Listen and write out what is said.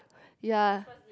ya